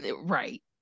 Right